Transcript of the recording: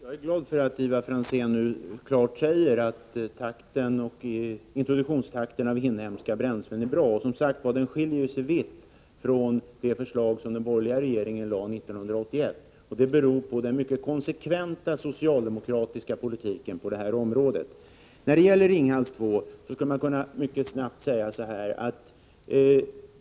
Fru talman! Jag är glad över att Ivar Franzén klart uttalade att introduktionstakten när det gäller inhemska bränslen har varit bra. Det skiljer sig, som sagt, mycket från den borgerliga regeringens förslag 1981, vilket beror på den konsekventa socialdemokratiska politiken på det här området. När det gäller investeringen som planeras i Ringhals 2 kan man säga följande.